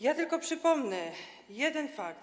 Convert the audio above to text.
Ja tylko przypomnę jeden fakt.